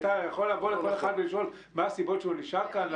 אתה יכול לבוא לכל אחד ולשאול מה הסיבות שהוא נשאר כאן,